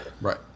right